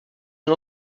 une